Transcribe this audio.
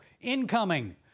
incoming